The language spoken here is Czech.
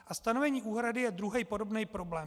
A stanovení úhrady je druhý, podobný problém.